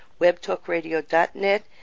webtalkradio.net